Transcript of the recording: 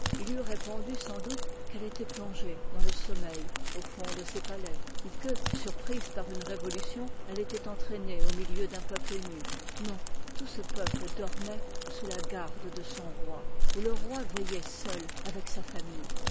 eût répondu sans doute qu'elle jétoil plongée dans le sommeil au fond de es palais ou que surprise par une révor lution elle étoit entraînée au milieu d'ua peuple ému non tout ce peuple dormoit ous la garde de son roi et le roi veilloit eul avec sa famille